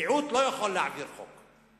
מיעוט לא יכול להעביר חוק,